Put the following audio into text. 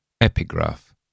Epigraph